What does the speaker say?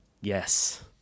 yes